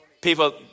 People